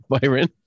Byron